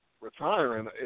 retiring